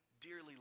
dearly